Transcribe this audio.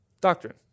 doctrine